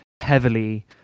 heavily